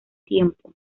tiempo